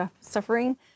suffering